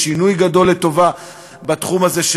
יש שינוי גדול לטובה בתחום הזה,